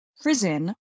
prison